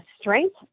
strength